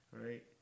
right